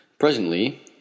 Presently